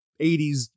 80s